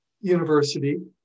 university